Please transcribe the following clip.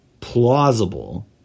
plausible